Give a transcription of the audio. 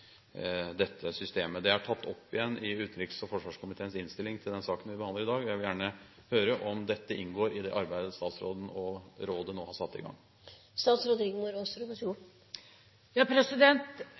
dette systemet. Det er tatt opp igjen i utenriks- og forsvarskomiteens innstilling til den saken vi behandler i dag. Jeg vil gjerne høre om dette inngår i det arbeidet statsråden og rådet nå har satt i gang.